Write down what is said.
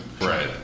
Right